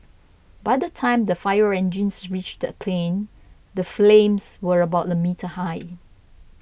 by the time the fire engines reached the plane the flames were about a meter high